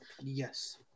Yes